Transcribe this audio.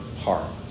heart